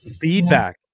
feedback